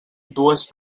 dues